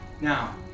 now